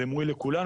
זה מועיל לכולנו,